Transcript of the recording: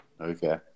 okay